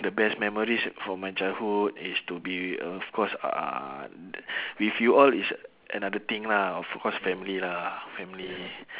the best memories from my childhood is to be uh of course uh with you all is another thing lah of course family lah family